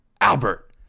Albert